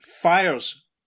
fires